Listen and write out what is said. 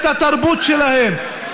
את התרבות שלהם,